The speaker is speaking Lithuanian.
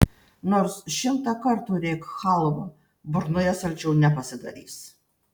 nors šimtą kartų rėk chalva burnoje saldžiau nepasidarys